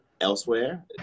elsewhere